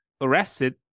arrested